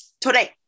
Today